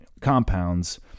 compounds